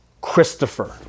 Christopher